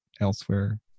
elsewhere